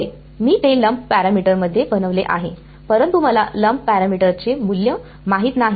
होय मी ते लंप पॅरामीटरमध्ये बनविले आहे परंतु मला लंप पॅरामीटर्सचे मूल्य माहित नाही